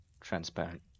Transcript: transparent